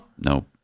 No